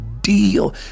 deal